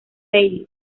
bailey